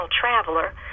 Traveler